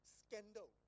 scandal